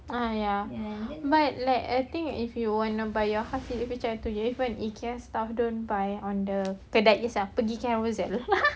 ah ya but like I think if you wanna buy your furniture macam tu if ikea stuff don't buy on the kedai itself pergi carousell